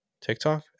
tiktok